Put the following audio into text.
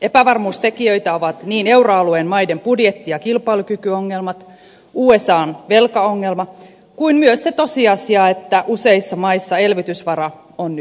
epävarmuustekijöitä ovat niin euroalueen maiden budjetti ja kilpailukykyongelmat usan velkaongelma kuin myös se tosiasia että useissa maissa elvytysvara on nyt pieni